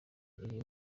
iri